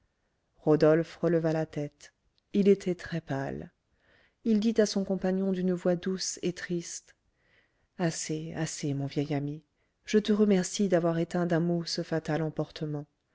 rodolphe releva la tête il était très-pâle il dit à son compagnon d'une voix douce et triste assez assez mon vieil ami je te remercie d'avoir éteint d'un mot ce fatal emportement